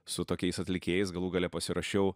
su tokiais atlikėjais galų gale pasirašiau